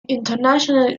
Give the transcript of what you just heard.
internationally